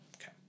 Okay